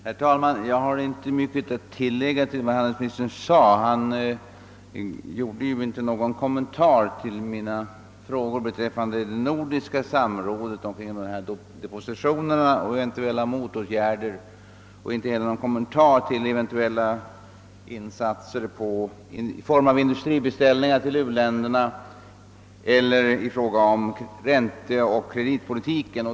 Herr talman! Jag har inte mycket att tillägga till vad handelsministern sade. Han gjorde inte någon kommentar till mina frågor beträffande nordiskt samråd kring depositioner och eventuella motåtgärder. Han gjorde inte heller någon kommentar till frågan om eventuella insatser i form av industribeställningar för u-länderna eller i fråga om ränteoch kreditpolitiken.